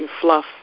fluff